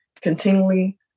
continually